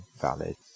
valid